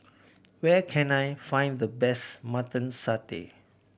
where can I find the best Mutton Satay